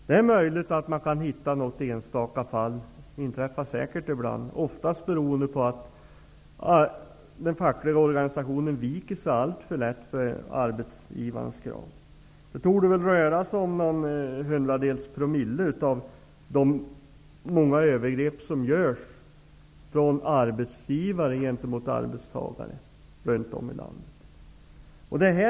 Det är möjligt att man kan hitta något enstaka fall. Det inträffar säkert ibland, oftast beroende på att den fackliga organisationen alltför lätt viker sig för arbetsgivarens krav. Det torde röra sig om någon hundradels promille av de många övergrepp som görs från arbetsgivare gentemot arbetstagare runt om i landet.